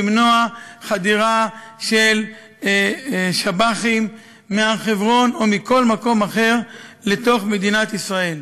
למנוע חדירה של שב"חים מהר-חברון או מכל מקום אחר לתוך מדינת ישראל.